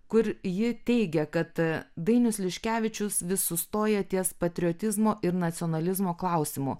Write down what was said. kur ji teigia kad dainius liškevičius vis sustoja ties patriotizmo ir nacionalizmo klausimu